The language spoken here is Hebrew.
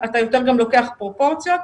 אתה יותר לוקח פרופורציות.